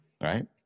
right